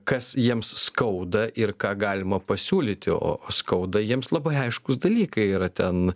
kas jiems skauda ir ką galima pasiūlyti o skauda jiems labai aiškūs dalykai yra ten